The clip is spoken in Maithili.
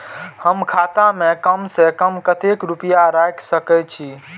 हम खाता में कम से कम कतेक रुपया रख सके छिए?